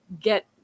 get